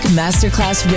masterclass